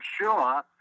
sure